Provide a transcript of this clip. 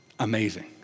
amazing